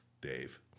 Dave